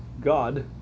God